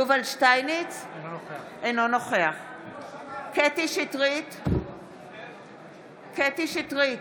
אינו נכח קטי קטרין שטרית,